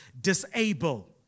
disable